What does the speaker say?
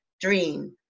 dream